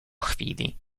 chwili